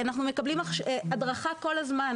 אנחנו מקבלים הדרכה כל הזמן,